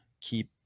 keep